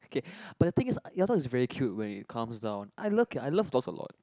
okay but the thing is your dog is very cute when it calms down I love it I love dogs a lot